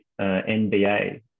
NBA